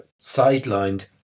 sidelined